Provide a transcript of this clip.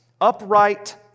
upright